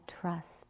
trust